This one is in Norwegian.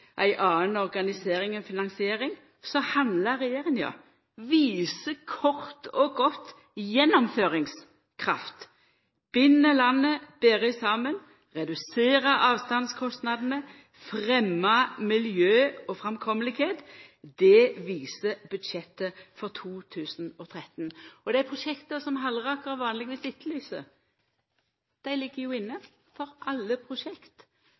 ei anna organisering eller finansiering blir gjentekne år etter år av både Høgre og Framstegspartiet, handlar regjeringa – viser gjennomføringskraft, kort og godt, bind landet betre saman, reduserer avstandskostnadene og fremmar miljø og framkomst. Det viser budsjettet for 2013. Dei prosjekta som Halleraker vanlegvis etterlyser, ligg inne. Alle prosjekt